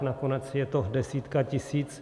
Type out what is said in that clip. Nakonec je to desítka tisíc.